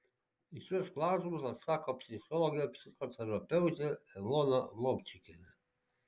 į šiuos klausimus atsako psichologė psichoterapeutė elona lovčikienė